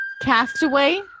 Castaway